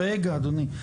רגע אדוני,